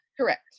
Correct